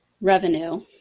revenue